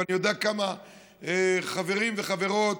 ואני יודע כמה חברים וחברות,